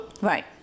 Right